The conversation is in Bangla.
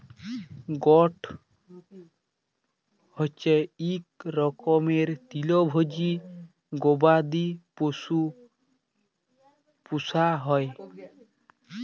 গট হচ্যে ইক রকমের তৃলভজী গবাদি পশু পূষা হ্যয়